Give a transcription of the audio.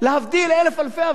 להחזיר את ירושלים.